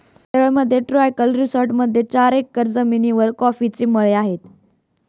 केरळमधील ट्रँक्विल रिसॉर्टमध्ये चारशे एकर जमिनीवर कॉफीचे मळे आहेत